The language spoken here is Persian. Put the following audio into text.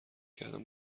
کردم